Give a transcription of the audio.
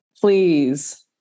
please